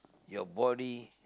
your body